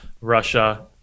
Russia